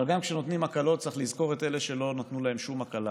אבל גם כשנותנים הקלות צריך לזכור את אלה שלא נתנו להם שום הקלה